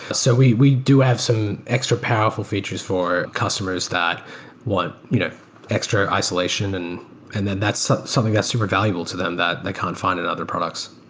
ah so we we do have some extra powerful features for customers that want you know extra isolation. and and then that's something that's super valuable to them that they can't find in other products